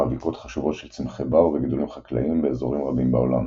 מאביקות חשובות של צמחי בר וגידולים חקלאיים באזורים רבים בעולם.